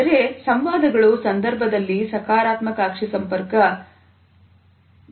ಆದರೆ ಸಂವಾದಗಳು ಸಂದರ್ಭದಲ್ಲಿ ಸಕಾರಾತ್ಮಕ ಅಕ್ಷಿ ಸಂಪರ್ಕ ಬಹಳ ಮುಖ್ಯ